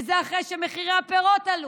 וזה אחרי שמחירי הפירות עלו,